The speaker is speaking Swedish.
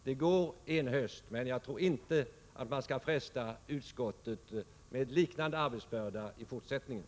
Det går en höst, men jag tror inte att man skall fresta utskottet med en liknande arbetsbörda i fortsättningen.